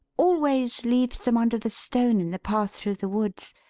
always leaves them under the stone in the path through the woods.